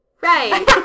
Right